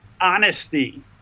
honesty